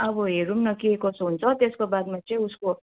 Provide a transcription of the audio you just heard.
अब हेरौँ न के कसो हुन्छ त्यसको बादमा चाहिँ उसको